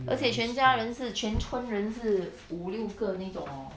而且全家人是全村人是五六个那种 orh